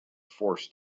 forced